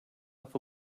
off